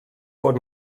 bod